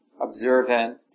observant